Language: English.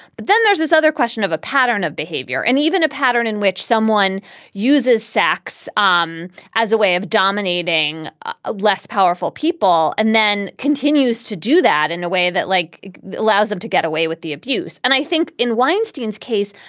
but then there's this other question of a pattern of behavior and even a pattern in which someone uses sex um as a way of dominating a less powerful people and then continues to do that in a way that like that allows them to get away with the abuse. and i think in weinstein's case,